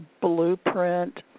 blueprint